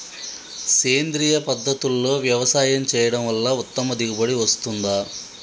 సేంద్రీయ పద్ధతుల్లో వ్యవసాయం చేయడం వల్ల ఉత్తమ దిగుబడి వస్తుందా?